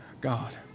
God